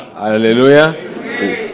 Hallelujah